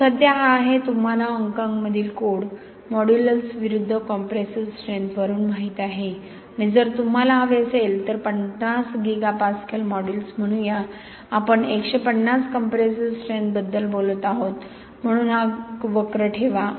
तर सध्या हा आहे तुम्हाला हाँगकाँगमधील कोड मोड्युलस विरुद्ध कॉम्प्रेसिव्ह स्ट्रेंथ वरून माहित आहे आणि जर तुम्हाला हवे असेल तर 50 गिगा पास्कल मॉड्यूलस म्हणू या आपण 150 कंप्रेसिव्ह स्ट्रेंथबद्दल बोलत आहोत म्हणून हा वक्र ठेवा